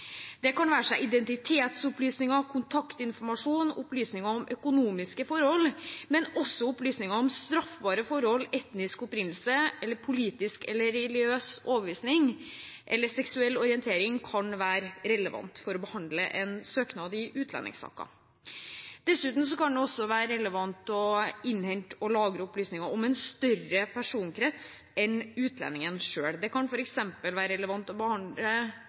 Det kan være identitetsopplysninger, kontaktinformasjon og opplysninger om økonomiske forhold, men også opplysninger om straffbare forhold, etnisk opprinnelse, politisk eller religiøs overbevisning eller seksuell orientering kan være relevant for å behandle en søknad i utlendingssaker. Dessuten kan det også være relevant å innhente og lagre opplysninger om en større personkrets enn utlendingen selv. Det kan f.eks. være relevant å behandle